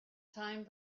time